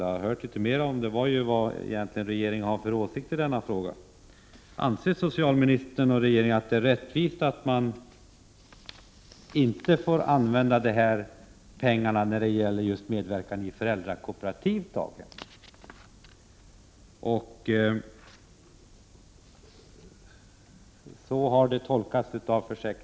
Jag hade förväntat mig RR att få höra litet mer om vad regeringen egentligen har för åsikt i denna fråga. Anser socialministern och den övriga regeringen att det är rättvist att föräldrapenning inte utgår till föräldrar när de medverkar i föräldrakooperativa daghem? Försäkringskassorna har uppfattat det på detta sätt.